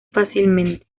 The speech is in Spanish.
fácilmente